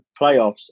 playoffs